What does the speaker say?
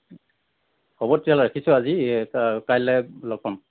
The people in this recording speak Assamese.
হ'ব তেতিয়াহ'লে ৰাখিছোঁ আজি কাইলৈ লগ পাম